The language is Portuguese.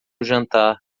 jantar